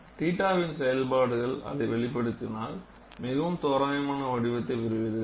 θ வின் செயல் பாடுகள் அதை வெளிப்படுத்தினால் மிகவும் தோராயமான வடிவத்தைப் பெறுவீர்கள்